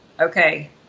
okay